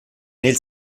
nel